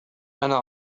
أنا